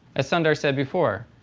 as sundar said before,